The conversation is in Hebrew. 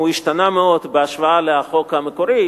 השתנה מאוד בהשוואה לחוק המקורי,